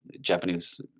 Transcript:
Japanese